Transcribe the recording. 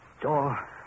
Door